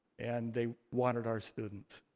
and they wanted our students.